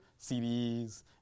CDs